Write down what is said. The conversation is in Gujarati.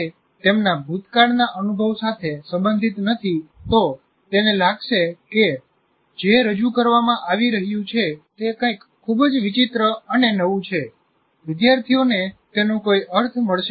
જો તે તેમના ભૂતકાળના અનુભવ સાથે સંબંધિત નથી તો તેને લાગશે કે જે રજૂ કરવામાં આવી રહ્યું છે તે કંઈક ખૂબ જ વિચિત્ર અને નવું છે વિદ્યાર્થીઓને તેનો કોઈ અર્થ મળશે નહીં